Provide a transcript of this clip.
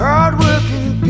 Hard-working